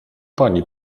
pani